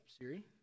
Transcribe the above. Siri